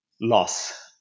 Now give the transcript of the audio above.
loss